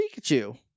Pikachu